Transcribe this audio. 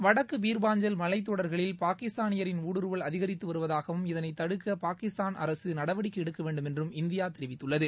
வடக்கு பீர்பஞ்சால் மலைத் தொடர்களில் பாகிஸ்தானியரின் ஊடுறுவல் அதிகரித்து வருவதாகவும் இதனைத் தடுக்க பாகிஸ்தான் அரசு நடவடிக்கை எடுக்க வேண்டுமென்றும் இந்தியா தெரிவித்துள்ளது